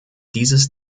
dieses